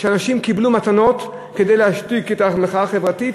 אנשים קיבלו מתנות כדי להשתיק את המחאה החברתית,